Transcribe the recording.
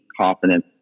confidence